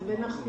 למיטב ידיעתי,